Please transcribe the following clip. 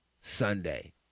Sunday